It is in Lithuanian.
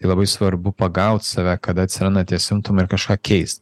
ir labai svarbu pagaut save kad atsiranda tie simptomai ir kažką keist